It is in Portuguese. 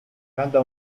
cada